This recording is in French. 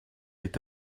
est